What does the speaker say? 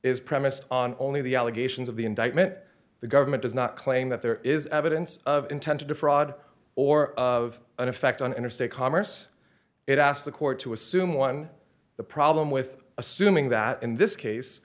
is premised on only the allegations of the indictment the government does not claim that there is evidence of intent to defraud or of an effect on interstate commerce it asked the court to assume one the problem with assuming that in this case